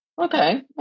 okay